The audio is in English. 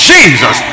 Jesus